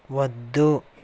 వద్దు